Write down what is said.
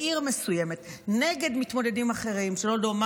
בעיר מסוימת, נגד מתמודדים אחרים, שלא לומר